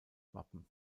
wappen